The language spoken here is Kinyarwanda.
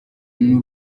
n’u